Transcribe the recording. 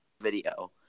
Video